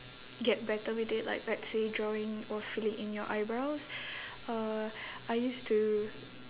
get better with it like let's say drawing or filling in your eyebrows uh I used to